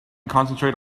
concentrate